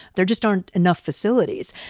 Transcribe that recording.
there just aren't enough facilities.